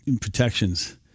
protections